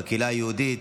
בקהילה היהודית,